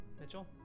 Mitchell